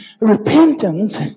Repentance